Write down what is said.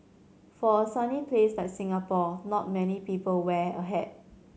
for a sunny place like Singapore not many people wear a hat